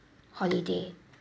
holiday